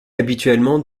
habituellement